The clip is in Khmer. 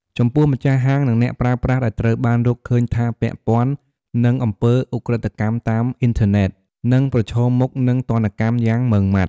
ចំពោះម្ចាស់ហាង និងអ្នកប្រើប្រាស់ដែលត្រូវបានរកឃើញថាពាក់ព័ន្ធនឹងអំពើឧក្រិដ្ឋកម្មតាមអ៊ីនធឺណិត នឹង ប្រឈមមុខ នឹង ទណ្ឌកម្មយ៉ាងម៉ឺងម៉ាត់។